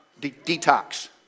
Detox